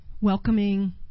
welcoming